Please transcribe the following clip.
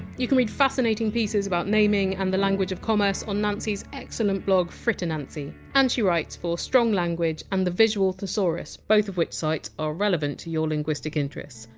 you can read fascinating pieces about naming and the language of commerce on nancy! s excellent blog fritinancy. and she writes for strong language and visual thesaurus, both of which sites are relevant to your linguistic interests.